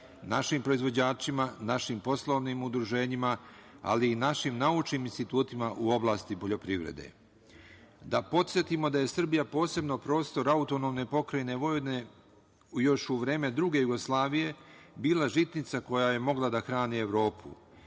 našim proizvođačima, našim poslovnim udruženjima, ali i našim naučnim institutima u oblasti poljoprivrede. Da podsetimo da je Srbija posebno prostor AP Vojvodine još u vreme druge Jugoslavije bila žitnica koja je mogla da hrani Evropu